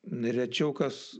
rečiau kas